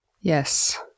Yes